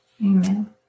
Amen